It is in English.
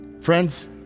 Friends